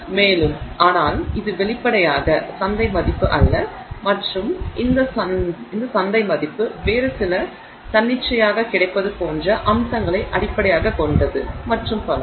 மேலும் ஆனால் அது வெளிப்படையாக சந்தை மதிப்பு அல்ல மற்றும் இந்த சந்தை மதிப்பு வேறு சில தன்னிச்சையாக கிடைப்பது போன்ற அம்சங்களை அடிப்படையாகக் கொண்டது மற்றும் பல